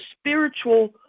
spiritual